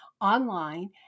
online